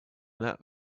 that